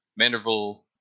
Manderville